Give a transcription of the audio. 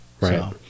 right